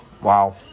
Wow